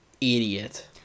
idiot